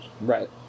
right